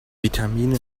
vitamine